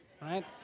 right